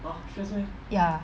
ya